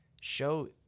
Show